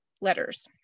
letters